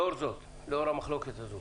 לאור המחלוקת הזאת